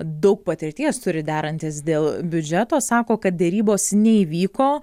daug patirties turi derantis dėl biudžeto sako kad derybos neįvyko